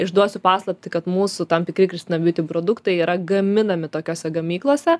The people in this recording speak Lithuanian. išduosiu paslaptį kad mūsų tam tikri kristina bjūti produktai yra gaminami tokiose gamyklose